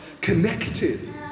connected